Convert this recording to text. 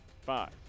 Five